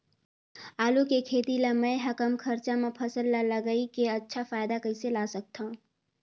आलू के खेती ला मै ह कम खरचा मा फसल ला लगई के अच्छा फायदा कइसे ला सकथव?